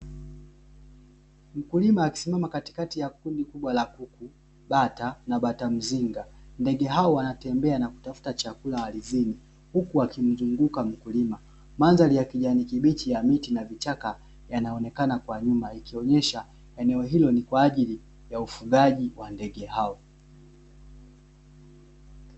Mkulima akisimama katikati ya kundi kubwa la kuku, bata na bata mzinga, ndege hao wanatembea na kutafuta chakula ardhini huku wakimzunguka mkulima. Mandhari ya kijani kibichi ya miti na vichaka yanaonekana kwa nyuma ikionyesha eneo hilo ni kwa ajili ya ufugaji wa ndege hao.